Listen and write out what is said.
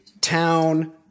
Town